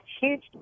huge